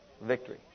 victory